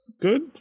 good